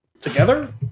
together